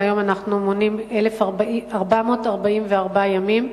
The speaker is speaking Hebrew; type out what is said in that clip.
והיום אנחנו מונים 1,444 ימים.